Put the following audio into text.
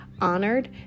honored